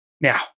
Now